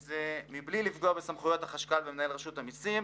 מבלי לפגוע בסמכויות החשב הכללי ומנהל רשות המיסים,